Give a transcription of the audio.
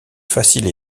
facile